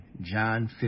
John